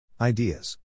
Ideas